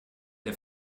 der